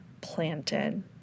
Planted